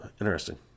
interesting